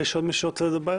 עוד מישהו רוצה לדבר?